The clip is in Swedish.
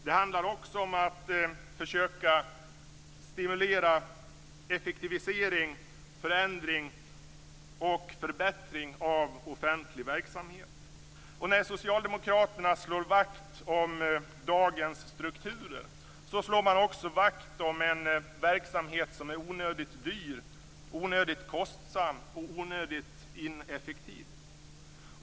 Det handlar också om att försöka stimulera effektivisering, förändring och förbättring av offentlig verksamhet. När socialdemokraterna slår vakt om dagens strukturer, slår man också vakt om en verksamhet som är onödigt dyr, onödigt kostsam och onödigt ineffektiv.